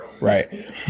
Right